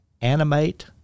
animate